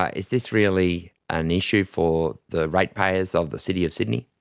ah is this really an issue for the ratepayers of the city of sydney?